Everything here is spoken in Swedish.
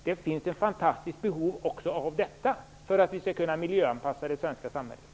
Det finns ett fantastiskt behov också av detta för att vi skall kunna miljöanpassa det svenska samhället.